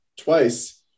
twice